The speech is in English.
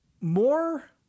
more